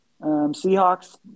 Seahawks